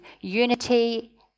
unity